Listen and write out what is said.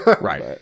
Right